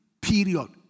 period